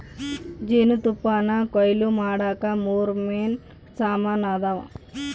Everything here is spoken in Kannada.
ಜೇನುತುಪ್ಪಾನಕೊಯ್ಲು ಮಾಡಾಕ ಮೂರು ಮೇನ್ ಸಾಮಾನ್ ಅದಾವ